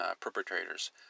perpetrators